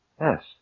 Yes